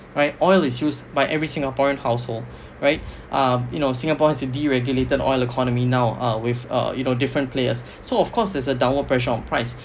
right oil is used by every singaporean household right um you know singapore's a deregulated oil economy now uh with uh you know different players so of course there's a downward pressure on price